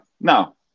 no